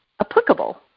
applicable